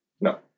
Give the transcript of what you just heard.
No